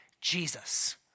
Jesus